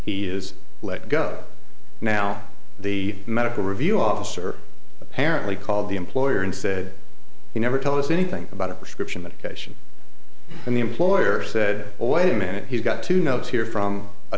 he is let go now the medical review officer apparently called the employer and said you never tell us anything about a prescription medication and the employer said oh wait a minute he's got two notes here from a